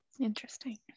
interesting